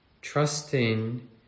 trusting